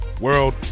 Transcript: World